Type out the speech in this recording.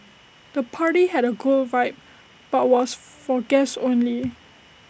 the party had A cool vibe but was for guests only